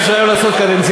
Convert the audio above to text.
לא היה אפשר לעשות קדנציאלי.